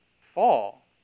fall